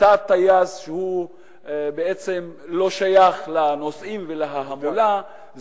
תא טייס שבעצם לא שייך לנוסעים ולהמולה.